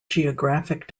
geographic